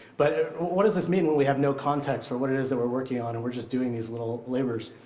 but what does this mean when we have no context for what it is that we're working on, and we're just doing these little labors?